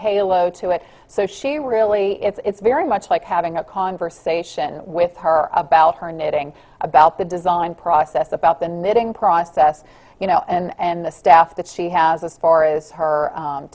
halo to it so she really it's very much like having a conversation with her about her knitting about the design process about the knitting process you know and the staff that she has as far as her